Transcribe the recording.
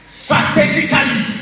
strategically